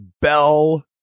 bell